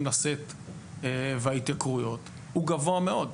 לשאת וההתייקרויות הוא גבוה מאוד.